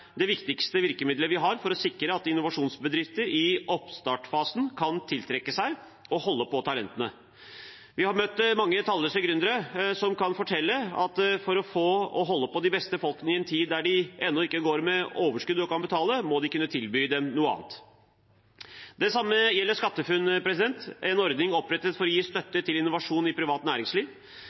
det viktigste virkemiddelet vi har for å sikre at innovasjonsbedrifter i oppstartsfasen kan tiltrekke seg og holde på talentene. Vi har møtt mange, talløse gründere som kan fortelle at for å få og holde på de beste folkene i en tid der de ennå ikke går med overskudd og kan betale, må de kunne tilby dem noe annet. Det samme gjelder SkatteFUNN, en ordning opprettet for å gi støtte til innovasjon i privat næringsliv.